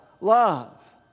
love